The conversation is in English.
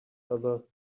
other